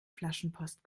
flaschenpost